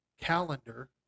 calendar